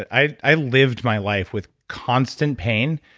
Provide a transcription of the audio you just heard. i i lived my life with constant pain,